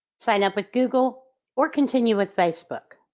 sign up with google or continue with facebook.